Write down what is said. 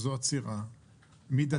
זו עצירה מידתית.